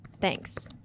Thanks